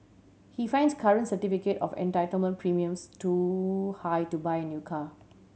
he finds current certificate of entitlement premiums too high to buy a new car